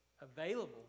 available